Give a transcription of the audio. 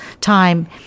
time